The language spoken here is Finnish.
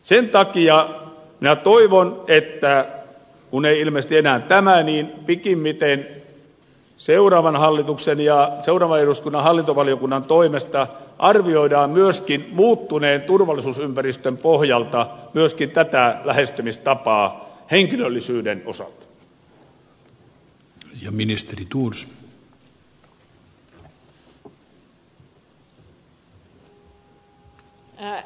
sen takia minä toivon että kun tämä ei ilmeisesti enää tähän ehdi niin pikimmiten seuraavan hallituksen ja seuraavan eduskunnan hallintovaliokunnan toimesta arvioidaan myöskin muuttuneen turvallisuusympäristön pohjalta tätä lähestymistapaa henkilöllisyyden osalta